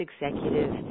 executive